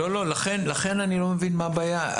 לכן אני לא מבין מה הבעיה.